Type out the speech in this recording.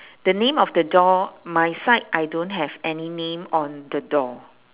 the name of the door my side I don't have any name on the door